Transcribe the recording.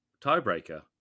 Tiebreaker